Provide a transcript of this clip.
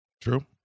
True